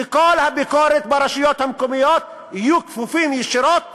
שכל הביקורות ברשויות המקומיות יהיו כפופות ישירות